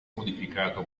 modificato